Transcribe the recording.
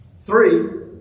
Three